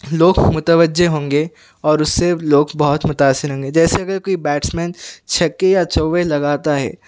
لوک متوجہ ہوں گے اور اُس سے لوگ بہت متاثر ہوں گے جیسے کہ کوئی بیٹس مین چھکے یا چوکے لگاتا ہے